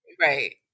Right